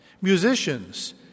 Musicians